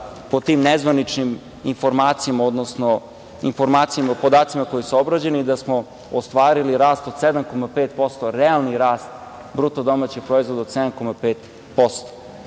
po tim nezvaničnim informacijama, odnosno informacijama i podacima koji su obrađeni, da smo ostvarili rast od 7,5%, realni rast bruto domaćeg proizvoda od 7,5%.